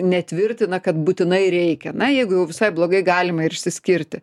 netvirtina kad būtinai reikia na jeigu jau visai blogai galima ir išsiskirti